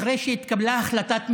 אחרי שהתקבלה החלטת ממשלה,